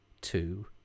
two